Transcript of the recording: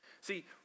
See